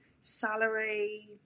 salary